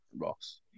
Ross